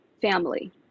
family